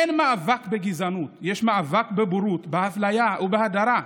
אין מאבק בגזענות, יש מאבק בבורות, באפליה ובהדרה.